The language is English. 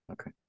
Okay